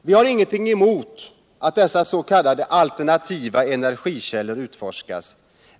Viharingenting emot att dessas.k. alternativa energikällor utforskas.